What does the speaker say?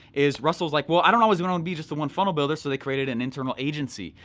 is russell was like well i don't always wanna and be just the one funnel builder so they created an internal agency.